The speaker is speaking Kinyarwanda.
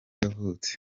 yavutse